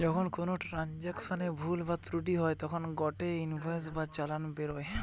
যখন কোনো ট্রান্সাকশনে ভুল বা ত্রুটি হই তখন গটে ইনভয়েস বা চালান বেরোয়